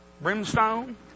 brimstone